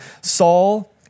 Saul